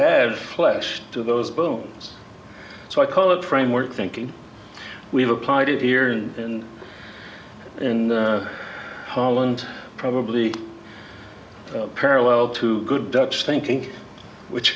add flesh to those bones so i call it framework thinking we've applied it here and in the holland probably paralleled to good dutch thinking which